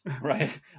right